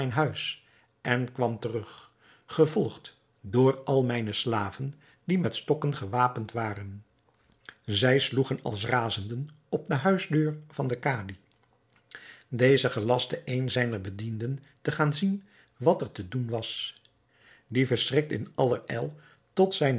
en kwam terug gevolgd door al mijne slaven die met stokken gewapend waren zij sloegen als razenden op de huisdeur van den kadi deze gelastte een zijner bedienden te gaan zien wat er te doen was die verschrikt in allerijl tot zijnen